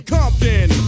Compton